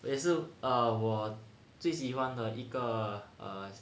也是 err 我最喜欢的一个 err